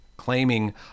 Claiming